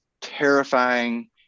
terrifying